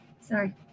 sorry